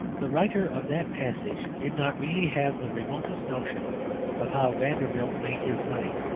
the writer of that passage did not really have the remotest notion of how vanderbilt made his money,